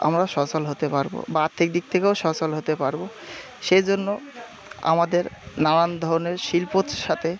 আমরা সচল হতে পারব বা আর্থিক দিক থেকেও সচল হতে পারব সেই জন্য আমাদের নানান ধরনের শিল্পর সাথে